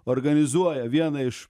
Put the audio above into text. organizuoja vieną iš